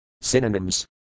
Synonyms